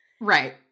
Right